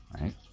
right